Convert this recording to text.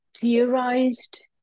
theorized